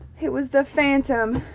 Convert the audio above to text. it was the phantom.